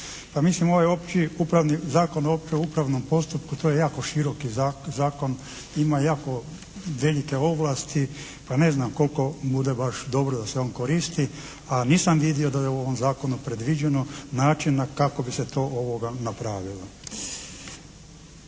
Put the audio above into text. mislim ovaj opći upravni, Zakon o općem upravnom postupku to je jako široki zakon, ima jako velike ovlasti pa ne znam koliko bude baš dobro da se on koristi a nisam vidio da je u ovom zakonu predviđeno način kako bi se to napravilo.